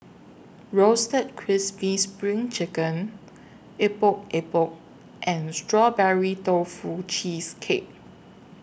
Roasted Crispy SPRING Chicken Epok Epok and Strawberry Tofu Cheesecake